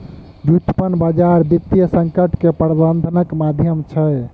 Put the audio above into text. व्युत्पन्न बजार वित्तीय संकट के प्रबंधनक माध्यम छै